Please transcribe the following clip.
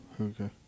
Okay